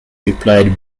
replied